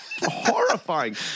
horrifying